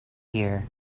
here